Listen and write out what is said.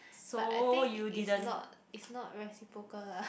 but I think it's not it's not reciprocal lah